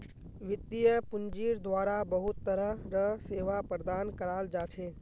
वित्तीय पूंजिर द्वारा बहुत तरह र सेवा प्रदान कराल जा छे